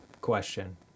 question